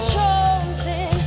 chosen